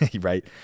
right